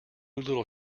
little